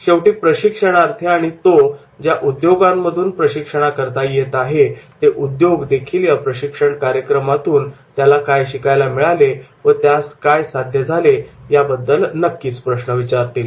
शेवटी प्रशिक्षणार्थी आणि तो ज्या उद्योगांमधून प्रशिक्षणाकरता येत आहे ते उद्योगदेखील या प्रशिक्षण कार्यक्रमातून काय शिकायला मिळाले व काय साध्य झाले याबद्दल नक्कीच प्रश्न विचारतील